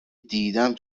دیدم